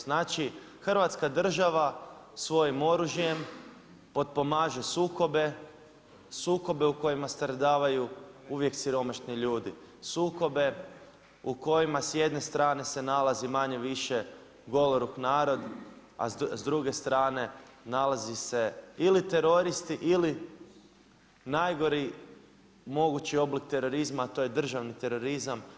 Znači Hrvatska država svojim oružjem potpomaže sukobe, sukobe u kojima stradavaju uvijek siromašni ljudi, sukobe u kojima s jedne strane se nalazi manje-više goloruk narod, a s druge strane nalazi se ili teroristi ili najgori mogući oblik terorizma, a to je državni terorizam.